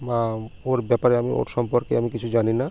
বা ওর ব্যাপারে আমি ওর সম্পর্কে আমি কিছু জানি না